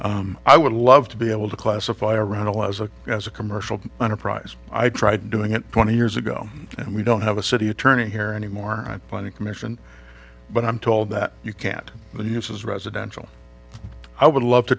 hope i would love to be able to classify around a lot as a as a commercial enterprise i tried doing it twenty years ago and we don't have a city attorney here anymore i'm planning commission but i'm told that you can't but uses residential i would love to